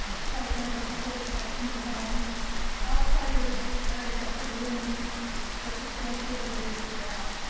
besides vendor facility types and designs outside the restricted areas that could eliminate or substantially reduce the gap.